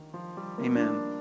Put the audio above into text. Amen